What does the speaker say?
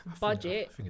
Budget